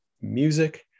music